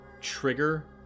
trigger